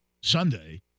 Sunday